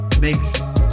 makes